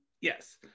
Yes